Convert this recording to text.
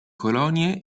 colonie